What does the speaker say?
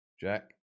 Jack